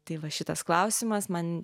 tai va šitas klausimas man